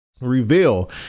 reveal